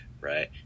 right